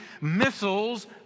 missiles